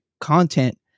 content